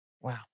Wow